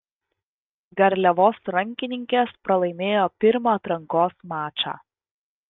garliavos rankininkės pralaimėjo pirmą atrankos mačą